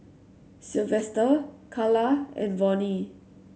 Silvester Calla and Vonnie